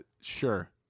Sure